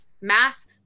mass